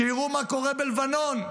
שיראו מה קורה בלבנון,